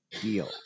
deal